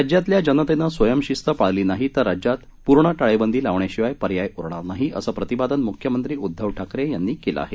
राज्यातल्या जनतेनं स्वयंशिस्त पाळली नाही तर राज्यात पूर्ण टाळेबंदी लावण्याशिवाय पर्याय उरणार नाही असं प्रतिपादन मुख्यमंत्री उद्धव ठाकरे यांनी केलं आहे